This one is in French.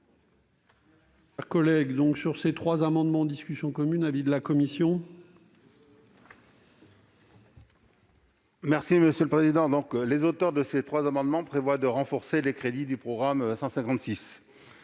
commission ? Les auteurs de ces trois amendements prévoient de renforcer les crédits du programme 156,